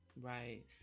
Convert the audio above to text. right